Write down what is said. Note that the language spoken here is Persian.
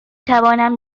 توانم